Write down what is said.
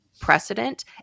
precedent